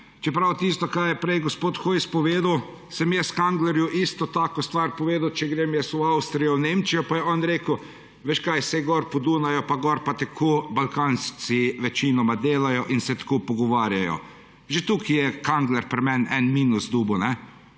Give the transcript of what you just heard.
Čeprav tisto, kar je prej gospod Hojs povedal, sem jaz Kanglerju isto tako stvar povedal, če grem jaz v Avstrijo, Nemčijo. Pa je on rekel, veš kaj, saj gor po Dunaju in gor pa tako Balkanci večinoma delajo in se tako pogovarjajo. Že tukaj je Kangler pri meni en minus dobil. Če